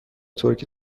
ترکی